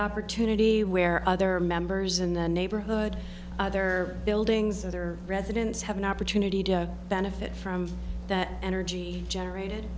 opportunity where other members in the neighborhood other buildings other residents have an opportunity to benefit from that energy generated